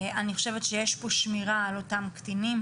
אני חושבת שיש פה שמירה על אותם קטינים.